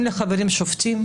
אין לי חברים שופטים,